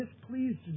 displeased